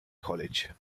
college